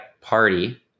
Party